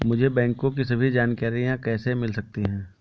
मुझे बैंकों की सभी जानकारियाँ कैसे मिल सकती हैं?